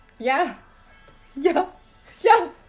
ya ya ya